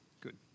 Good